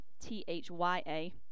T-H-Y-A